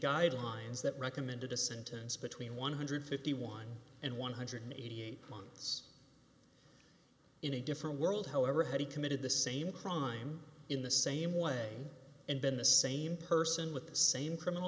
guidelines that recommended a sentence between one hundred and fifty one and one hundred and eighty eight months in a different world however had he committed the same crime in the same way and been the same person with the same criminal